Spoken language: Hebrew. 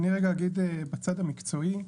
אני רגע אגיד בצד המקצועי.